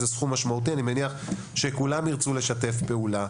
זה סכום משמעותי ואני מניח שכולם ירצו לשתף פעולה.